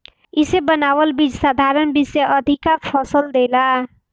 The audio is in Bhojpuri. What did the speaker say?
इसे बनावल बीज साधारण बीज से अधिका फसल देला